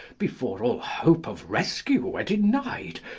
before all hope of rescue were denied,